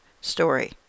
story